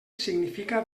significa